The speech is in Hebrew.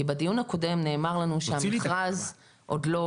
כי בדיון הקודם נאמר לנו שהמכרז עוד לא